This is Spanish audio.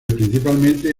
principalmente